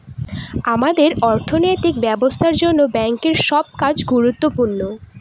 আমাদের অর্থনৈতিক ব্যবস্থার জন্য ব্যাঙ্কের সব কাজ গুরুত্বপূর্ণ